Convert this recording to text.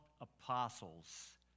apostles